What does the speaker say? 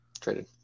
traded